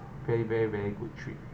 very very very good trip